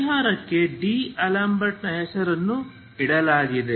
ಪರಿಹಾರಕ್ಕೆ ಡಿಅಲೆಂಬರ್ಟ್ನ ಹೆಸರನ್ನು ಇಡಲಾಗಿದೆ